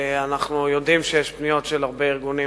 ואנחנו יודעים שיש פניות של הרבה ארגונים